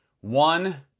One